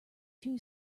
two